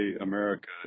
america